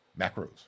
Macros